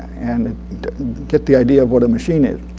and get the idea of what a machine is.